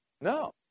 No